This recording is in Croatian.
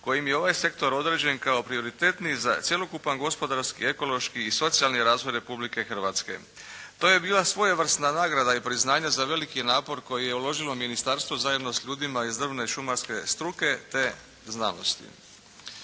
kojim je ovaj sektor određen kao prioritetniji za cjelokupan gospodarski, ekološki i socijalni razvoj Republike Hrvatske. To je bila svojevrsna nagrada i priznanje za veliki napor koje je uložilo ministarstvo zajedno s ljudima iz drvne i šumarske struke, te znanosti.